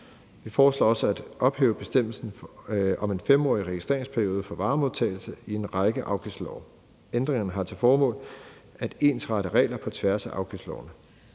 Vi foreslår også at ophæve bestemmelsen om en 5-årig registreringsperiode for varemodtagelse i en række afgiftslove. Ændringerne har til formål at ensrette regler på tværs af afgiftslovene.